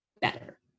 better